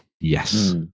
Yes